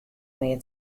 mear